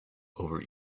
over